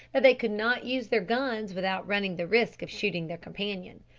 that they could not use their guns without running the risk of shooting their companion.